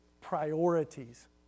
priorities